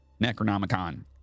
Necronomicon